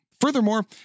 furthermore